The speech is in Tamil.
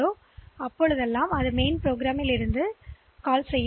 எனவே நான் ஒரு நிரலை எழுதுகிறேன் அந்த ப்ரோக்ராம்ல் இருக்கிறேன்